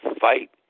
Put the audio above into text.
fight